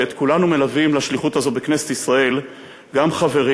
שאת כולנו מלווים לשליחות הזו בכנסת ישראל גם חברים,